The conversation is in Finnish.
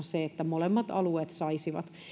se että molemmat alueet saisivat